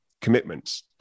commitments